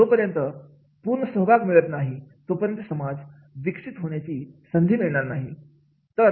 जोपर्यंत पुणे सहभाग मिळत नाही तोपर्यंत समाज विकसित होण्याची संधी मिळणार नाही